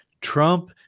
Trump